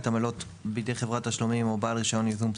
עמלות בידי חברת תשלומים או בעל רישיון ייזום בסיסי,